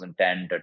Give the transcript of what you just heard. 2010